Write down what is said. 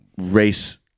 race